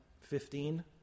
fifteen